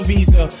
Visa